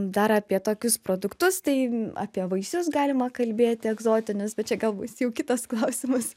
dar apie tokius produktus tai apie vaisius galima kalbėti egzotinius bet čia gal bus jau kitas klausimas